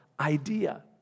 idea